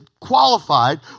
qualified